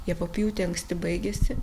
javapjūtė anksti baigėsi